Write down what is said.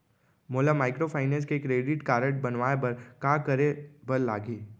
मोला माइक्रोफाइनेंस के credit card बनवाए बर का करे बर लागही?